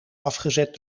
afgezet